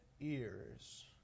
ears